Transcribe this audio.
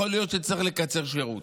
יכול להיות שצריך לקצר שירות.